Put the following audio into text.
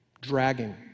dragging